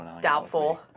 Doubtful